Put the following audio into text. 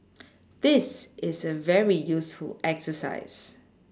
this is a very useful exercise